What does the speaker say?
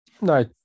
no